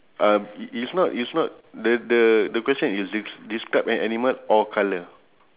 um i~ it's not it's not the the the question is d~ describe an animal or colour